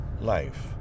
life